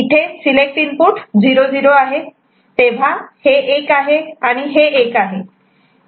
इथे select input 0 0 आहेत तेव्हा हे 1 आहे आणि हे 1 आहे